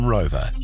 Rover